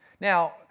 Now